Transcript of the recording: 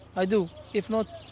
i do. if not,